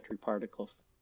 particles